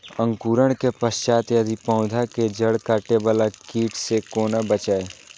अंकुरण के पश्चात यदि पोधा के जैड़ काटे बाला कीट से कोना बचाया?